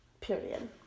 Period